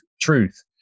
truth